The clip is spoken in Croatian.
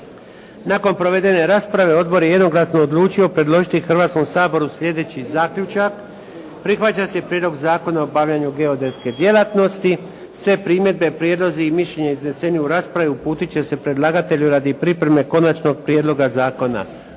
Nakon provedene rasprave odbor je jednoglasno odlučio predložiti Hrvatskom saboru sljedeći zaključak: Prihvaća se Prijedlog zakona o obavljanju geodetske djelatnosti. Sve primjedbe, prijedlozi i mišljenja iznesene u raspravi uputiti će se predlagatelju radi pripreme konačnog prijedloga zakona.